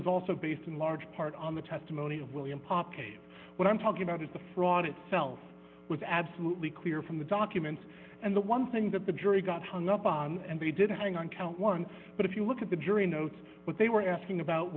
was also based in large part on the testimony of william poppy what i'm talking about is the fraud itself was absolutely clear from the documents and the one thing that the jury got hung up on and they did hang on count one but if you look at the jury notes what they were asking about